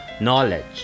knowledge